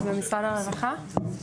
ממשרד הרווחה.